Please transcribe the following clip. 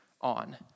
on